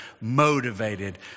motivated